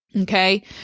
Okay